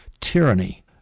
tyranny